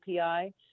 API